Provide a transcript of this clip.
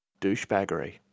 douchebaggery